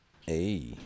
hey